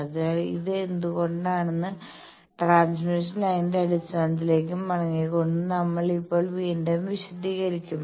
അതിനാൽ ഇത് എന്തുകൊണ്ടാണെന്ന് ട്രാൻസ്മിഷൻ ലൈനിന്റെ അടിസ്ഥാനങ്ങളിലേക്ക് മടങ്ങിക്കൊണ്ട് നമ്മൾ ഇപ്പോൾ വീണ്ടും വിശദീകരിക്കും